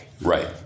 Right